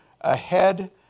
ahead